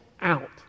out